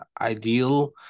ideal